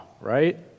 right